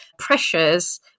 pressures